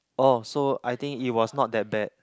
oh so I think it was not that bad